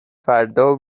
فردا